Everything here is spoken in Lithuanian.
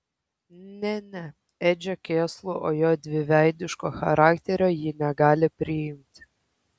ne ne edžio kėslų o jo dviveidiško charakterio ji negali priimti